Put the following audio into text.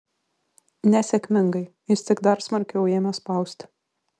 nesėkmingai jis tik dar smarkiau ėmė spausti